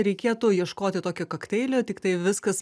reikėtų ieškoti tokio kokteilio tiktai viskas